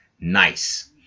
nice